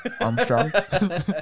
Armstrong